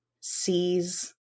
sees